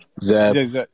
Zeb